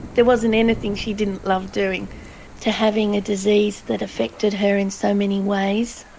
there wasn't anything she didn't love doing to having a disease that affected her in so many ways.